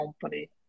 company